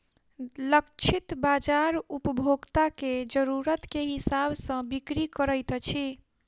लक्षित बाजार उपभोक्ता के जरुरत के हिसाब सॅ बिक्री करैत अछि